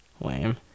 Lame